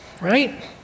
Right